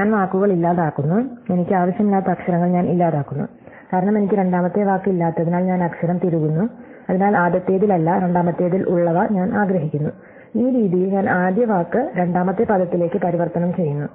ഞാൻ വാക്കുകൾ ഇല്ലാതാക്കുന്നു എനിക്ക് ആവശ്യമില്ലാത്ത അക്ഷരങ്ങൾ ഞാൻ ഇല്ലാതാക്കുന്നു കാരണം എനിക്ക് രണ്ടാമത്തെ വാക്ക് ഇല്ലാത്തതിനാൽ ഞാൻ അക്ഷരം തിരുകുന്നു അതിനാൽ ആദ്യത്തേതിലല്ല രണ്ടാമത്തേതിൽ ഉള്ളവ ഞാൻ ആഗ്രഹിക്കുന്നു ഈ രീതിയിൽ ഞാൻ ആദ്യ വാക്ക് രണ്ടാമത്തെ പദത്തിലേക്ക് പരിവർത്തനം ചെയ്യുന്നു